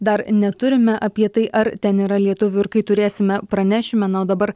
dar neturime apie tai ar ten yra lietuvių ir kai turėsime pranešime na o dabar